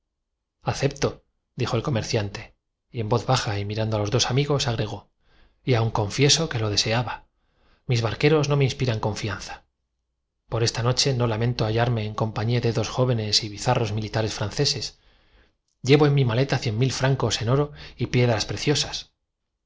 acepto dijo el comerciante y en voz baja y mirando a los aquel pobre alemán tenía necesidad de vivir y supuso que jamás había dos amigos agregó y aun confieso que lo deseaba mis barqueros no existido en una palabra próspero concibió el crimen de modo que le me inspiran confianza por esta noche no lamento hallarme en com asegurase la impunidad la orilla opuesta del rhin estaba ocupada por los austríacos y como al pie de las ventanas había una barca y pañía de dos jóvenes y bizarros militares franceses llevo en mi ma leta cien mil francos en oro y piedras preciosas